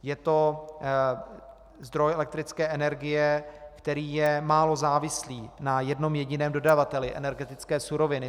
Je to zdroj elektrické energie, který je málo závislý na jednom jediném dodavateli energetické suroviny.